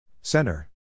Center